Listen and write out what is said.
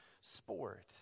sport